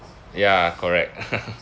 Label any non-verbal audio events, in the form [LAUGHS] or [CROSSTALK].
ya correct [LAUGHS]